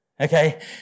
Okay